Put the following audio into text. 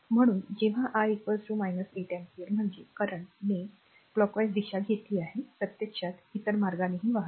म्हणून जेव्हा i 8 ampere म्हणजे current ने घड्याळानुसार दिशा घेतली आहे प्रत्यक्षात इतर मार्गाने वाहते